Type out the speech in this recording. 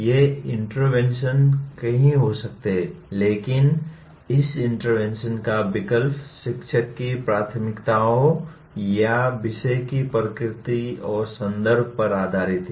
ये इंटरवेंशन कई हो सकते हैं लेकिन इस इंटरवेंशन का विकल्प शिक्षक की प्राथमिकताओं या विषय की प्रकृति और संदर्भ पर आधारित है